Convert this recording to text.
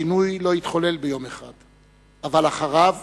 השינוי לא יתחולל ביום אחד, אבל אחריו